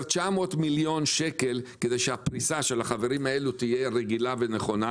900 מיליון שקל כדי שהפרישה תהיה רגילה ונכונה.